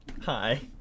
Hi